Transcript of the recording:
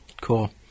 Cool